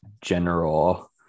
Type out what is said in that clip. general